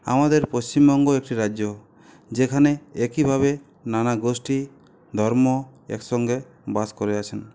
আমাদের পশ্চিমবঙ্গ একটি রাজ্য যেখানে একইভাবে নানা গোষ্ঠী ধর্ম একসঙ্গে বাস করে আছেন